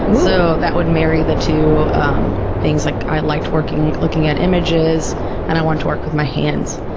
so that would marry the two um things. like i liked working, looking at images and i wanted to work with my hands.